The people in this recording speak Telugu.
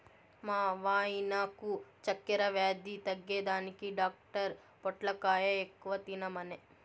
మా వాయినకు చక్కెర వ్యాధి తగ్గేదానికి డాక్టర్ పొట్లకాయ ఎక్కువ తినమనె